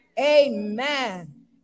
Amen